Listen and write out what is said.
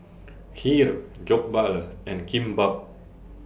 Kheer Jokbal and Kimbap